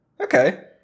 Okay